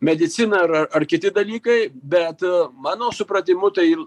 medicina ar ar ar kiti dalykai bet mano supratimu tai